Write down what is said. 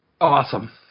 Awesome